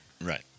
Right